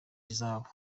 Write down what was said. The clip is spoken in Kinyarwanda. ihazabu